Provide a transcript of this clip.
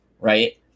right